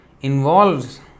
involves